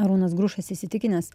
arūnas grušas įsitikinęs